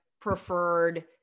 preferred